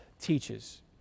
teaches